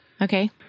Okay